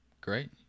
great